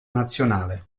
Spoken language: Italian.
nazionale